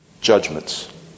judgments